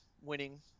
winning